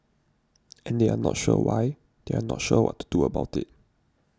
and they are not sure why they are not sure what to do about it